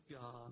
God